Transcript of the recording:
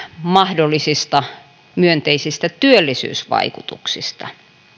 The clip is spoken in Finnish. mahdollisista myönteisistä työllisyysvaikutuksista